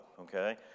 okay